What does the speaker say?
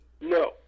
No